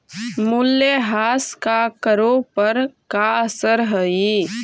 मूल्यह्रास का करों पर का असर हई